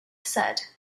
said